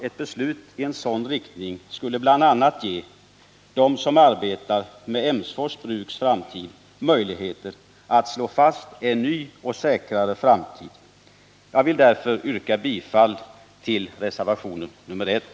Ett beslut i en sådan riktning skulle bl.a. ge dem som arbetar med Emsfors bruks framtid möjligheter att verka för en ny och säkrare framtid. Jag vill därför, fru talman, yrka bifall till reservation nr 1.